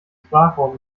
sprachrohr